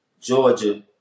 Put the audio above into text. Georgia